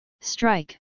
Strike